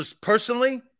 Personally